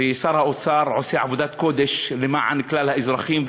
ושר האוצר עושה עבודת קודש למען כלל האזרחים.